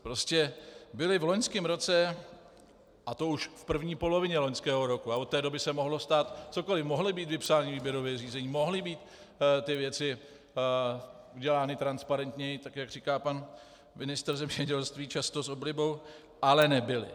Prostě byly v loňském roce, a to už v první polovině loňského roku a od té doby se mohlo stát cokoliv, mohla být vypsána výběrová řízení, mohly být ty věci udělány transparentněji, tak jak říká pan ministr zemědělství často s oblibou, ale nebyly.